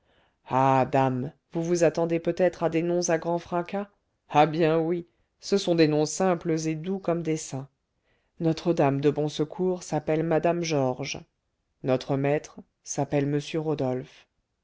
dame vous vous attendez peut-être à des noms à grand fracas ah bien oui ce sont des noms simples et doux comme des saints notre dame de bon secours s'appelle mme georges notre maître s'appelle m rodolphe